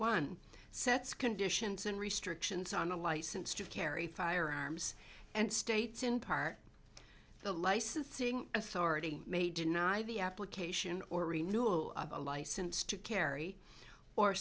one sets conditions and restrictions on a license to carry firearms and states in part the licensing authority may deny the application or remove a license to carry or